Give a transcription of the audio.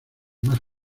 más